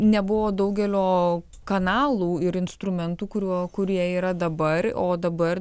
nebuvo daugelio kanalų ir instrumentų kuriuo kurie yra dabar o dabar